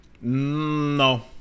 No